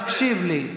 מח"ש, תקשיב לי.